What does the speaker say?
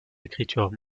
écritures